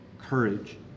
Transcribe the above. courage